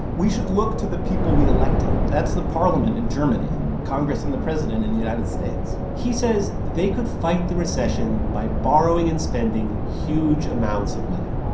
we should look to the people we elected. that's the parliament in germany and congress and the president in the united states he says they could fight the recession by borrowing and spending huge amounts of money.